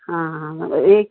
ఈ